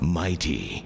mighty